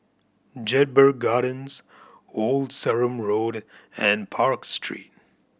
Jedburgh Gardens Old Sarum Road and Park Street